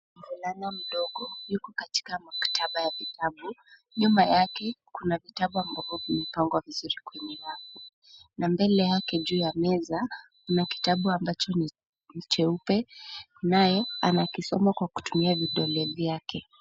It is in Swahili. Mvulana mdogo yuko katika maktaba ya vitabu . Nyuma yake, kuna vitabu ambavyo vimepangwa vizuri kwenye rafu, na mbele yake juu ya meza, kuna kitabu ambacho ni cheupe , naye anakisoma kwa kutumia vidole vyake.